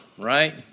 Right